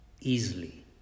easily